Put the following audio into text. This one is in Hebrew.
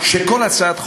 שכל הצעת החוק,